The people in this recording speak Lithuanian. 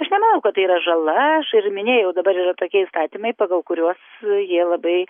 aš nemanau kad tai yra žala aš ir minėjau dabar yra tokie įstatymai pagal kuriuos jie labai